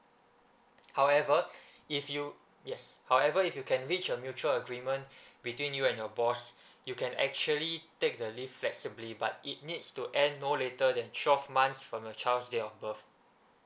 however if you yes however if you can reach a mutual agreement between you and your boss you can actually take the leave flexibly but it needs to end no later than twelve months from your child's date of birth